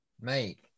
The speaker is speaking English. mate